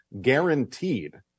guaranteed